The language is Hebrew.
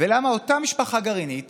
ולמה אותה משפחה גרעינית